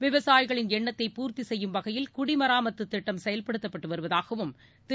விவசாயிகளின் எண்ணத்தை பூர்த்தி செய்யும் வகையில் குடிமராமத்து திட்டம் செயல்படுத்தப்பட்டு வருவதாகவும் திரு